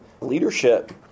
leadership